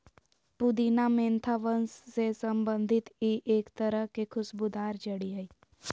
पुदीना मेंथा वंश से संबंधित ई एक तरह के खुशबूदार जड़ी हइ